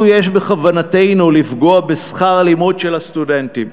יש בכוונתנו לפגוע בשכר הלימוד של הסטודנטים.